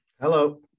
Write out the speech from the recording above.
hello